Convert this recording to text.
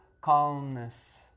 calmness